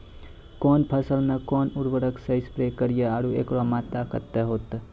कौन फसल मे कोन उर्वरक से स्प्रे करिये आरु एकरो मात्रा कत्ते होते?